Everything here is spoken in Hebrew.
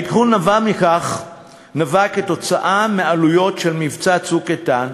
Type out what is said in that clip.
העדכון נבע מעלויות של מבצע "צוק איתן",